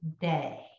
day